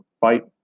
fight